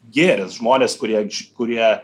gėris žmonės kurie kurie